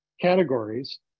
categories